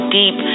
deep